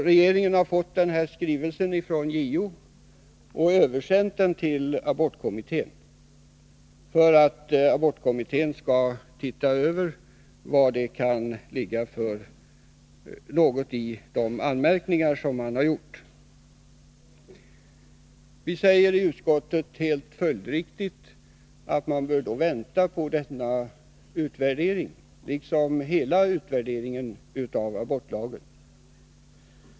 Regeringen har fått JO:s skrivelse och överlämnat den till abortkommittén för att kommittén skall se efter vad som kan ligga i de anmärkningar JO har gjort. I utskottet säger vi helt följdriktigt att man bör vänta på denna utvärdering, liksom på hela utvärderingen av abortlagen.